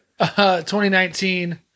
2019